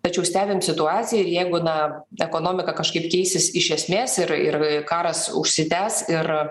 tačiau stebim situaciją ir jeigu na ekonomika kažkaip keisis iš esmės ir ir karas užsitęs ir